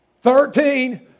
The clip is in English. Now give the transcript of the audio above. thirteen